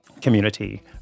community